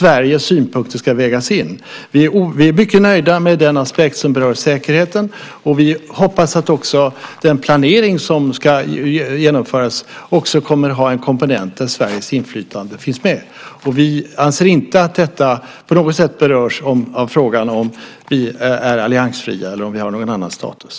Vi är mycket nöjda med den aspekt som berör säkerheten. Vi hoppas att den planering som ska genomföras också kommer att ha en komponent där Sveriges inflytande finns med. Vi anser inte att detta på något sätt berörs av frågan om vi är alliansfria eller om vi har någon annan status.